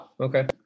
Okay